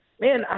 Man